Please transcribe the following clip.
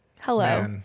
Hello